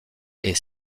est